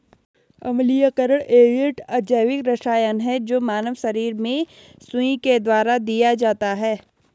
अम्लीयकरण एजेंट अजैविक रसायन है जो मानव शरीर में सुई के द्वारा दिया जाता है